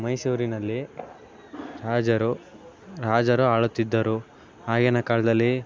ಮೈಸೂರಿನಲ್ಲಿ ರಾಜರು ರಾಜರು ಆಳುತ್ತಿದ್ದರು ಆಗಿನ ಕಾಲದಲ್ಲಿ